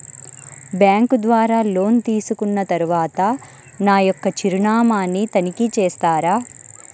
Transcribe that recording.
Bank ద్వారా loan తీసుకున్న తరువాత నా యొక్క చిరునామాని తనిఖీ చేస్తారా?